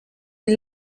une